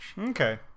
okay